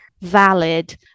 valid